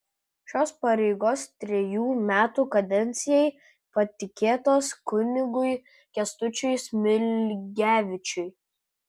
šios pareigos trejų metų kadencijai patikėtos kunigui kęstučiui smilgevičiui